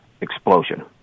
explosion